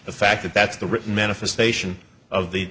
the fact that that's the written manifestation of the